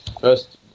first